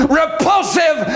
repulsive